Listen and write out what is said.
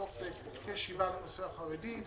בתוך זה יש את הנושא של חרדים,